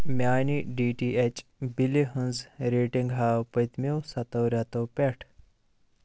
میٛانہِ D T H بِلہِ ہٕنٛز ریٖڈنٛگ ہاو پٔتۍمہِ ستو رٮ۪تو پٮ۪ٹھ